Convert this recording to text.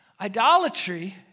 Idolatry